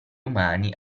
umani